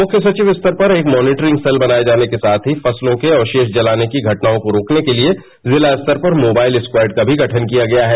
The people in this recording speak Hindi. मृख्य सचिव स्तर पर एक मॉनिटरिंग सेल बनाये जाने के साथ ही फसलों के अवरोष जलाने की घटनाओं को रोकने के लिए जिला स्तर पर मोबाइल स्क्वायड का भी गठन किया गया है